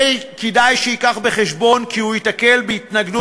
כדאי שיביא בחשבון שהוא ייתקל בהתנגדות